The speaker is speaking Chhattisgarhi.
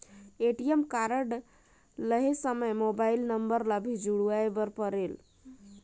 ए.टी.एम कारड लहे समय मोबाइल नंबर ला भी जुड़वाए बर परेल?